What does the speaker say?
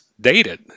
dated